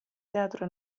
teatro